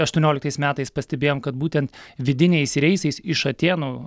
aštuonioliktais metais pastebėjom kad būten vidiniais reisais iš atėnų